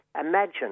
Imagine